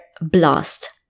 BLAST